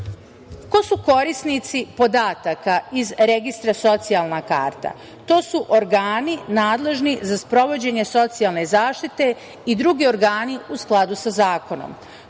su korisnici podataka iz registra socijalna karta? To su organi nadležni za sprovođenje socijalne zaštite i drugi organi u skladu sa zakonom.